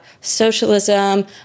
socialism